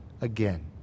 again